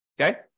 Okay